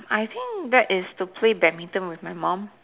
I think that is to play badminton with my mum